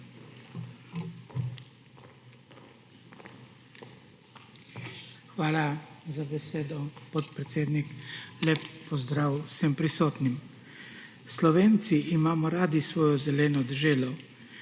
Hvala za besedo, podpredsednik. Lep pozdrav vsem prisotnim! Slovenci imamo radi svojo zeleno deželo,